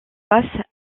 face